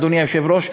אדוני היושב-ראש,